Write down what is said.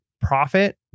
profit